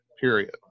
period